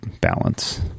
balance